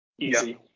Easy